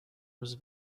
was